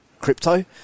crypto